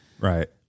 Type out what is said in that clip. Right